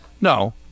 No